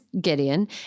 Gideon